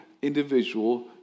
individual